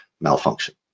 malfunction